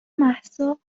مهسا